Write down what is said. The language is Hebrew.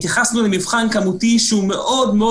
התייחסנו למבחן כמותי שהוא מאוד מאוד